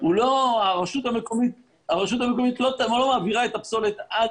הרשות המקומית לא מעבירה את הפסולת עד